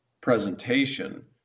presentation